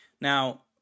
Now